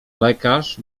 lekarz